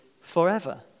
forever